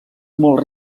molt